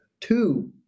two